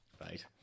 Right